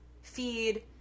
feed